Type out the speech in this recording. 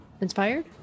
inspired